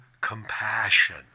compassion